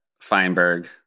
Feinberg